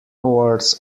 awards